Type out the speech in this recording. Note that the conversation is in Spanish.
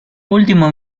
último